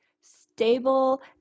stable